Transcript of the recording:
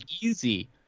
easy